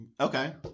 Okay